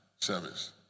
service